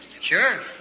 sure